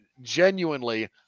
genuinely